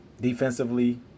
defensively